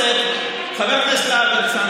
חבר הכנסת להב הרצנו,